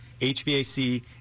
HVAC